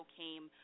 came